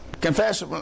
confess